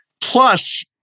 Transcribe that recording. Plus